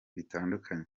bitandukanye